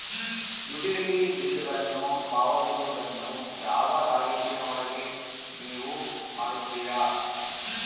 Utility ಬಿಲ್ಲುಗಳನ್ನು ಪಾವತಿಸುವದನ್ನು ಯಾವ ತಾರೇಖಿನ ಒಳಗೆ ನೇವು ಮಾಡುತ್ತೇರಾ?